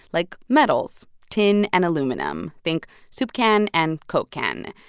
like metals, tin and aluminum. think soup can and coke can.